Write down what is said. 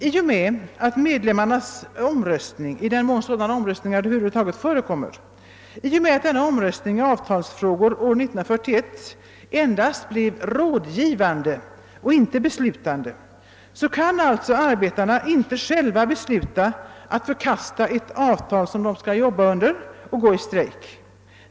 I och med att medlemmarnas omröstning — i den mån sådana omröstningar över huvud taget förekommer — i avtalsfrågor 1941 endast blev rådgivande och inte beslutande kan arbetarna alltså inte själva besluta om att förkasta ett avtal under vilket de skall arbeta och gå i strejk.